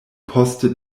poste